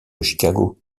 chicago